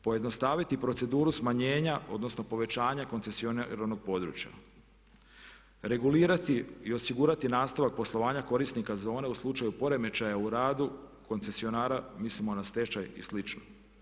Pojednostaviti proceduru smanjenja odnosno povećanja koncesioniranog područja, regulirati i osigurati nastavak poslovanja korisnika zone u slučaju poremećaja u radu koncesionara, mislimo na stečaj i slično.